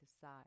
side